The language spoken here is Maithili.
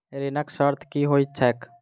ऋणक शर्त की होइत छैक?